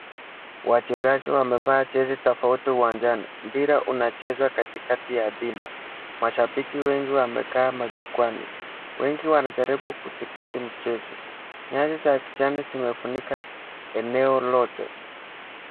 Wachezaji wamevaa jezi tofauti uwanjani. Mpira unachezwa katikati ya dimba. Mashabiki wengi wamekaa majukwani, wengi wanajaribu kudhibiti mchezo. Nyasi za kijani zimefunika eneo lote.